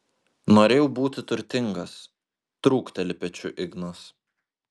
norėjau būti turtingas trūkteli pečiu ignas